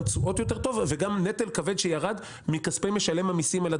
גם תשואות יותר טובות וגם נטל כבד שירד מכספי משלם המיסים.